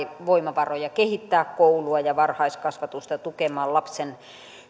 voimavaroja kehittää koulua ja ja varhaiskasvatusta tukemaan lapsen